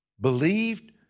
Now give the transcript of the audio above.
believed